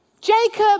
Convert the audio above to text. Jacob